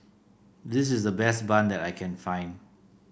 this is the best bun that I can find